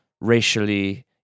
racially